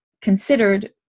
considered